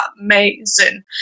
amazing